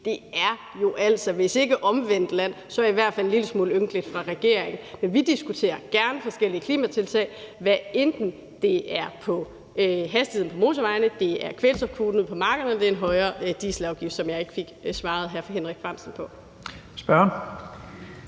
Det er jo altså, hvis ikke omvendt land så i hvert fald en lille smule ynkeligt fra regeringen. Vi diskuterer gerne forskellige klimatiltag, hvad enten det er hastigheden på motorvejene, det er kvælstofkvoter på markerne, eller det er en højere dieselafgift, som jeg ikke fik svaret hr. Henrik Frandsen på. Kl.